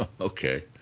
Okay